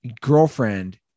girlfriend